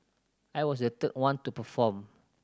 I was the third one to perform